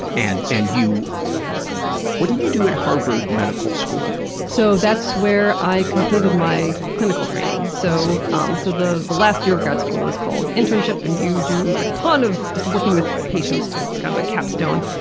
and and you what did you do at harvard medical school? so that's where i completed my clinical training. so um so the the last year of grad school is called internship, and you do a ton of just working with patients, it's kind of a capstone.